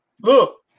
look